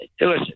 listen